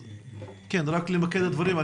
רק למקד דברים.